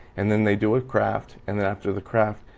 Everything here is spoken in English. and then they do a craft and then after the craft